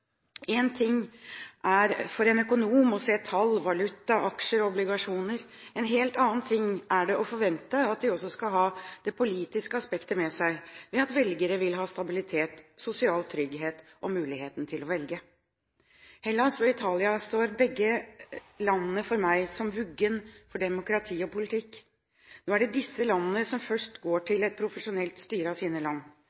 En ting er for en økonom å se på tall, valuta, aksjer og obligasjoner, en helt annen ting er å forvente at de også skal ha det politiske aspektet med seg ved at velgere vil ha stabilitet, sosial trygghet og muligheten til å velge. Landene Hellas og Italia står begge for meg som vugge for demokrati og politikk. Nå er det disse landene som først går